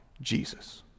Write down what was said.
Jesus